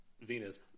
Venus